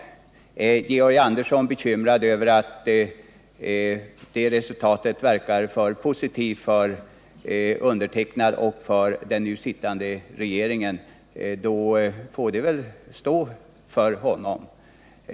Om Georg Andersson är bekymrad över att det resultatet verkar alltför positivt för mig och för den nu sittande regeringen, då får det väl stå för honom.